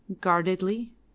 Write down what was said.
guardedly